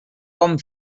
com